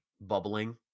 bubbling